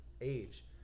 age